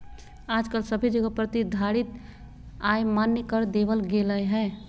आजकल सभे जगह प्रतिधारित आय मान्य कर देवल गेलय हें